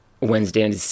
wednesday